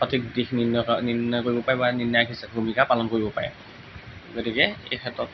সঠিক দিশ নিৰ্ণয় নিৰ্ণয় কৰিব পাৰিব আৰু নিৰ্ণায়ক হিচাপে ভূমিকা পালন কৰিব পাৰে গতিকে এই ক্ষেত্ৰত